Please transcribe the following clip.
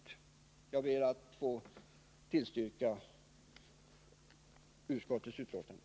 Jag ber att få yrka bifall till utskottets hemställan.